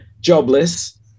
jobless